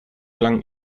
lang